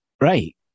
Right